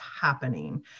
happening